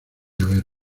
haber